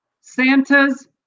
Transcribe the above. Santa's